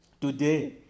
Today